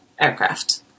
aircraft